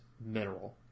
mineral